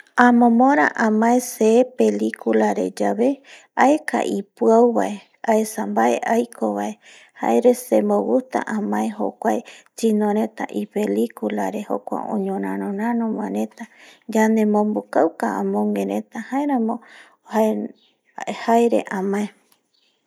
Amomora amae se pelicula re yave aeka ipiau bae aesa bae aiko bae jare semo gusta amae jokuae chino reta ipelicula re jokua oñuraroraro bae re, yande bobukauka amogue reta jaeramo jae re amae